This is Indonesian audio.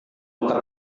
buka